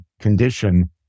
condition